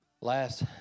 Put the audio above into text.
Last